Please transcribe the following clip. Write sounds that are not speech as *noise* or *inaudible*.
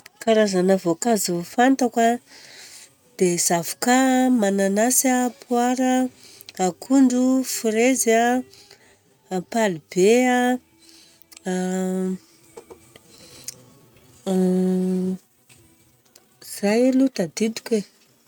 Karazana voankazo fantako an: dia zavoka an, mananasy an, poara, akondro, fraise, ampalibe an. *hesitation* *hesitation* Zay aloha tadidiko e.